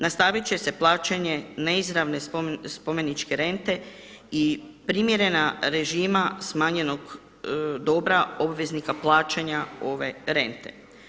Nastavit će se plaćanje neizravne spomeničke rente i primjerena režima smanjenog dobra obveznika plaćanja ove rente.